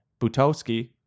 Butowski